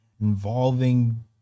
involving